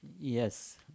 Yes